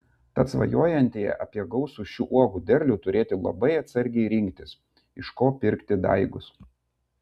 tad svajojantieji apie gausių šių uogų derlių turėtų labai atsargiai rinktis iš ko pirkti daigus